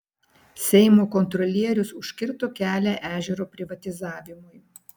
seimo kontrolierius užkirto kelią ežero privatizavimui